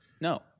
No